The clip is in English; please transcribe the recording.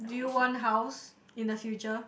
do you want house in the future